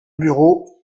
bureau